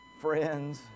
friends